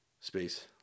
space